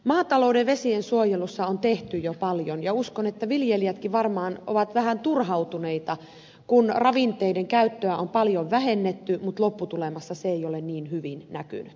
maatalouden vesiensuojelussa on tehty jo paljon ja uskon että viljelijätkin varmaan ovat vähän turhautuneita kun ravinteiden käyttöä on paljon vähennetty mutta lopputulemassa se ei ole niin hyvin näkynyt